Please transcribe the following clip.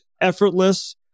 Effortless